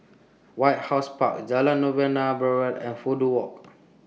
White House Park Jalan Novena Barat and Fudu Walk